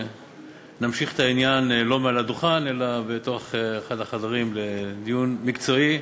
ונמשיך את העניין לא מעל הדוכן אלא באחד החדרים בדיון מקצועי.